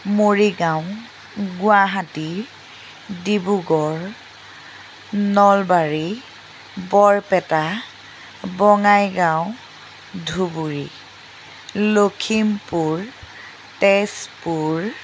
Morigaon Guwahati Dibrugarh Nalbari Barpeta Bongaigaon Dhubri Lakhimpur Tezpur